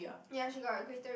ya she got greater